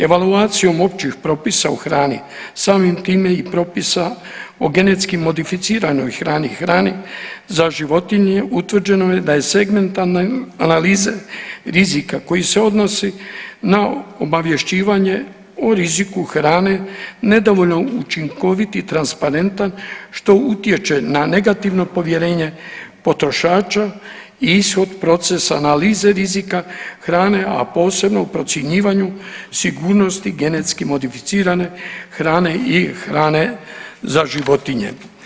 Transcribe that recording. Evaluacijom općih propisa u hrani samim time i propisa o genetski modificiranoj hrani, hrani za životinje utvrđeno je da je segmentalna analiza rizika koji se odnosi na obavješćivanje o riziku hrane nedovoljno učinkovit i transparentan što utječe na negativno povjerenje potrošača i ishod procesa analize rizika hrane, a posebno u procjenjivanju sigurnosti genetski modificirane hrane i hrane za životinje.